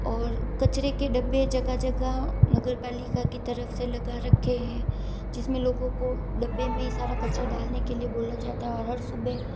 और कचरे के डब्बे जगह जगह नगर पालिका की तरफ से लगा रखे हैं जिसमें लोगों को डब्बे में सारा कचरा डालने के लिए बोला जाता है और हर सुबह